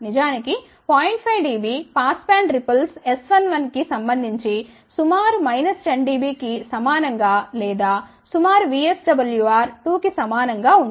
5 dB pass band ripples S11 కి సంబంధించి సుమారు మైనస్ 10 dB కి సమానం గా లేదా సుమారు VSWR 2 కి సమానం గా ఉంటుంది